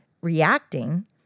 reacting